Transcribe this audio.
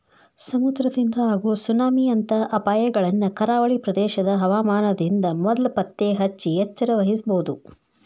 ಸಮುದ್ರದಿಂದ ಆಗೋ ಸುನಾಮಿ ಅಂತ ಅಪಾಯಗಳನ್ನ ಕರಾವಳಿ ಪ್ರದೇಶದ ಹವಾಮಾನದಿಂದ ಮೊದ್ಲ ಪತ್ತೆಹಚ್ಚಿ ಎಚ್ಚರವಹಿಸಬೊದು